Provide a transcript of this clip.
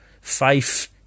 faith